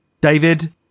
David